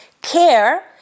Care